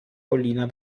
collina